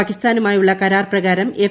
പാകിസ്താനുമായുള്ള കരാർ പ്രകാരം എഫ്